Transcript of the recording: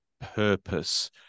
purpose